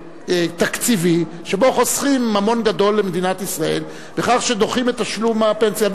תקציבי שבו חוסכים ממון גדול למדינת ישראל בכך שדוחים את תשלום הפנסיה.